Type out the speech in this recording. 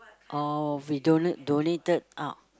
orh we donate~ donated out